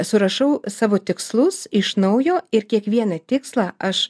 surašau savo tikslus iš naujo ir kiekvieną tikslą aš